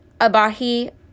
Abahi